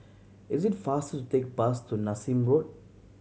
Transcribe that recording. is it faster to take bus to Nassim Road